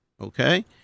Okay